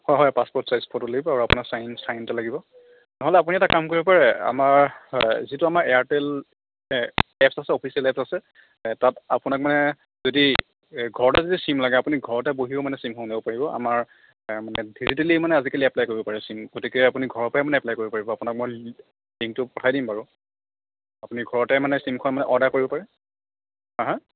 হয় হয় passport size photo লাগিব আৰু আপোনাৰ ছাইন ছাইন এটা লাগিব নহ'লে আপুনি এটা কাম কৰিব পাৰে আমাৰ যিটো আমাৰ এয়াৰটেল এপছ আছে অফিচিয়েল এপছ আছে তাত আপোনাক মানে যদি ঘৰতে যদি চিম লাগে আপুনি ঘৰতে বহিও মানে চিমখন উলিয়াব পাৰিব আমাৰ মানে ডিজিটেলি মানে আজিকালি এপ্লাই কৰিব পাৰে চিম গতিকে আপুনি ঘৰৰ পৰাই মানে এপ্লাই কৰিব পাৰিব আপোনাক মই লিংকটো পঠাই দিম বাৰু আপুনি ঘৰতে মানে চিমখন মানে অৰ্ডাৰ কৰিব পাৰে হাঁ হাঁ